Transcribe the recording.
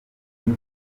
time